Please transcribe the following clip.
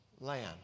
land